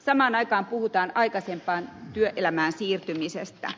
samaan aikaan puhutaan aikaisemmasta työelämään siirtymisestä